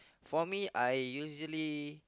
for me I usually